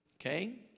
okay